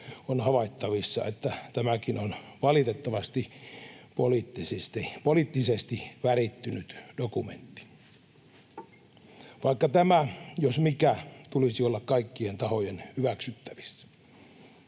on havaittavissa, että tämäkin on valitettavasti poliittisesti värittynyt dokumentti — vaikka tämän jos minkä tulisi olla kaikkien tahojen hyväksyttävissä.